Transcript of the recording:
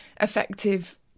effective